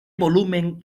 volumen